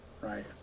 right